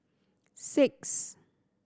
six